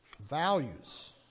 values